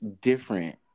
different